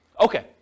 Okay